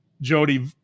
Jody